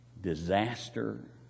disaster